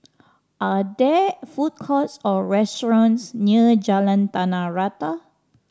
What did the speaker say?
are there food courts or restaurants near Jalan Tanah Rata